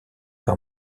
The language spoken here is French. par